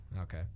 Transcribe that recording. Okay